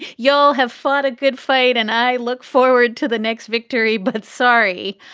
you'll have fought a good fight and i look forward to the next victory. but sorry,